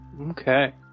Okay